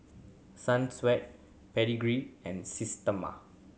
Sunsweet Pedigree and Systema